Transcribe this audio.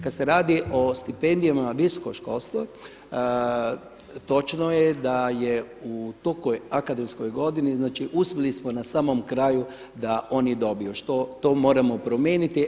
Kad se radi o stipendijama na visokom školstvu točno je da je u toku akademskoj godini, znači uspjeli smo na samom kraju da oni dobiju što to moramo promijeniti.